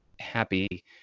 happy